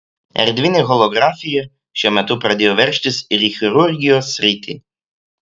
erdvinė holografija šiuo metu pradėjo veržtis ir į chirurgijos sritį